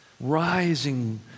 rising